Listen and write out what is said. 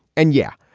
and yeah,